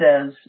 says